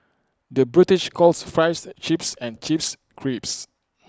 the British calls Fries Chips and Chips Crisps